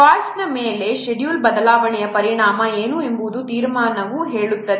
ಕಾಸ್ಟ್ನ ಮೇಲೆ ಶೆಡ್ಯೂಲ್ ಬದಲಾವಣೆಯ ಪರಿಣಾಮ ಏನು ಎಂದು ತೀರ್ಮಾನವು ಹೇಳುತ್ತದೆ